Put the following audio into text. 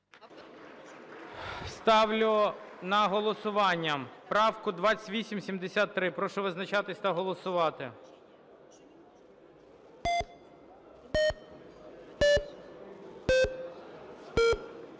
Ставлю на голосування 2892. Прошу визначатись та голосувати.